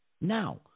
Now